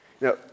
Now